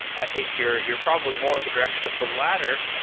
i think you're you're probably more in the direction of the later.